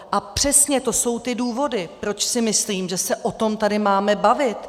A přesně to jsou ty důvody, proč si myslím, že se o tom tady máme bavit.